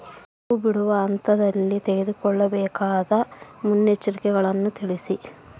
ಹೂ ಬಿಡುವ ಹಂತದಲ್ಲಿ ತೆಗೆದುಕೊಳ್ಳಬೇಕಾದ ಮುನ್ನೆಚ್ಚರಿಕೆಗಳನ್ನು ತಿಳಿಸಿ?